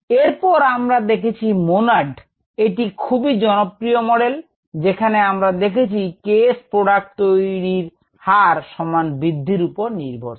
এরপর আমরা দেখেছি Monod একটি খুবই জনপ্রিয় মডেল যেখানে আমরা দেখেছি K s প্রোডাক্ট তৈরীর হার সমান বৃদ্ধির উপর নির্ভরশীল